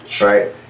Right